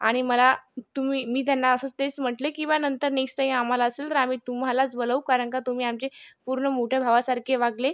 आणि मला तुम्ही मी त्यांना असं तेच म्हंटले की बा नंतर नेक्स्ट आम्हाला असेल तर आम्ही तुम्हालाच बोलवू कारण का तुम्ही आमचे पूर्ण मोठ्या भावासारखे वागले